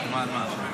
---